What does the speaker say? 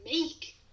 make